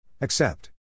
Accept